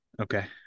Okay